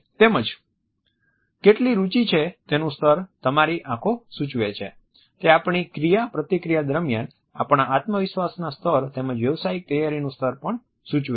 તમને કેટલી રુચિ છે તેનું સ્તર તમારી આંખો સૂચવે છે તે આપણી ક્રિયાપ્રતિક્રિયા દરમિયાન આપણા આત્મવિશ્વાસના સ્તર તેમજ વ્યાવસાયિક તૈયારીનું સ્તર પણ સૂચવે છે